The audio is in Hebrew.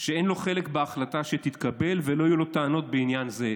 שאין לו חלק בהחלטה שתתקבל ולא יהיו לו טענות בעניין זה".